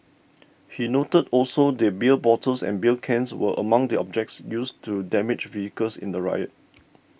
he noted also that beer bottles and beer cans were among the objects used to damage vehicles in the riot